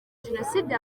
jenoside